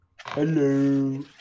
Hello